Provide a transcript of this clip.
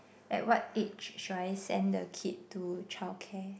at what age should I send the kid to childcare